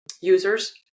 users